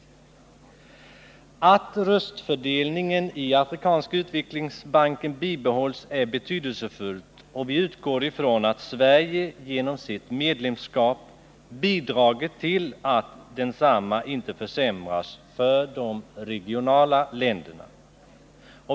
Att röstfördelningen i Afrikanska utvecklingsbanken bibehålles är betydelsefullt, och vi utgår ifrån att Sverige genom sitt medlemskap bidrar till att densamma inte försämras för de regionala länderna.